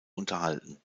unterhalten